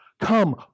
Come